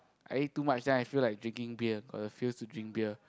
I eat too much then I feel like drinking beer got the feels to drink beer